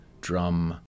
drum